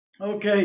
Okay